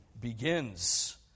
begins